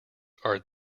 are